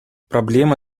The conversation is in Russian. проблемы